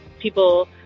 people